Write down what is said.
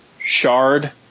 shard